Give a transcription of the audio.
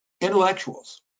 intellectuals